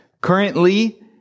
currently